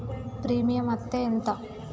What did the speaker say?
Premium అత్తే ఎంత?